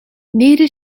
нээрээ